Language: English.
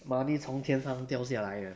money 从天上掉下来 uh